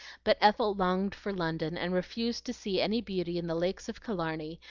but ethel longed for london, and refused to see any beauty in the lakes of killarney,